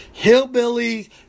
hillbillies